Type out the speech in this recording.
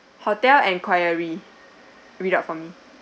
hotel enquiry readout for me